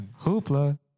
Hoopla